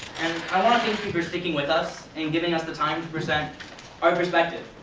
i want to thank you for sticking with us, and giving us the time to present our perspective.